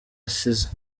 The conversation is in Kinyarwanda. asize